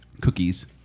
cookies